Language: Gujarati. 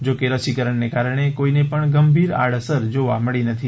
જોકે રસીને કારણે કોઈને પણ ગંભીર આડઅસર જોવા મળી નથી